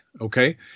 okay